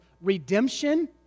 redemption